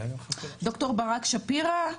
ד"ר ברק שפירא?